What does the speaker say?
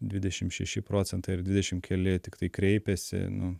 dvidešim šeši procentai ar dvidešim keli tiktai kreipiasi nu